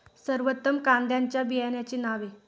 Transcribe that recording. सर्वोत्तम कांद्यांच्या बियाण्यांची नावे?